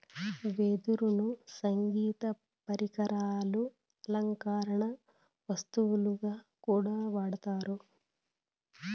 వెదురును సంగీత పరికరాలు, అలంకరణ వస్తువుగా కూడా వాడతారు